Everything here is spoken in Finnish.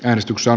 äänestyksen